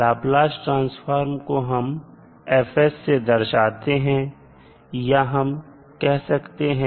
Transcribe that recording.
Laplace transform को हम F से दर्शाते हैं या हम कह सकते हैं